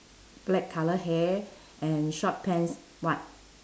black colour hair and short pants what